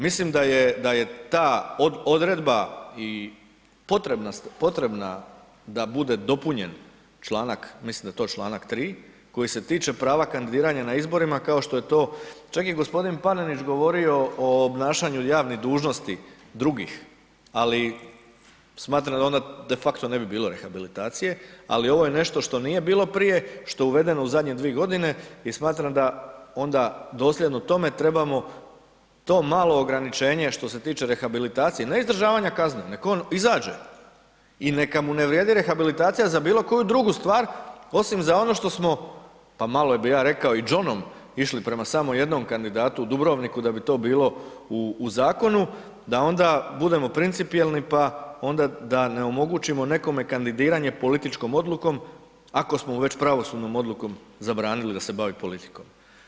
Mislim da je ta odredba i potrebna da bude dopunjen članak, mislim da je to čl. 3 koji se tiče prava kandidiranja na izborima kao što je to, čak je i gospodin Panenić govorio o obnašanju javnih dužnosti drugih, ali smatram da onda de facto ne bi bilo rehabilitacije, ali ovo je nešto što nije bilo prije, što je uvedeno u zadnje dvije godine i smatram da onda dosljedno tome trebamo to malo ograničenje što se tiče rehabilitacije, ne izdržavanja kazne, nek on izađe i neka mu ne vrijedi rehabilitacija za bilo koju drugu stvar osim za ono što smo, pa malo bi ja rekao i đonom išli prema samo jednom kandidatu u Dubrovniku da bi to bilo u zakonu, da onda budemo principijelni onda da ne omogućimo nekome kandidiranje političkom odlukom ako smo već pravosudnom odlukom zabranili da se bavi politikom.